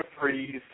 freeze